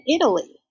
Italy